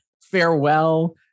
farewell